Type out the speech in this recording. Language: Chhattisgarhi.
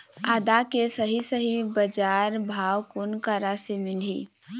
आदा के सही सही बजार भाव कोन करा से मिलही?